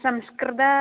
संस्कृतम्